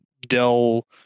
Dell